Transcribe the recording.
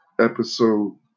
Episode